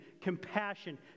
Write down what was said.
compassion